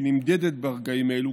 שנמדדת ברגעים אלו,